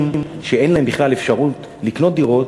שאין להם בכלל אפשרות לקנות דירות